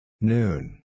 Noon